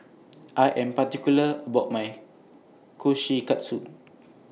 I Am particular about My Kushikatsu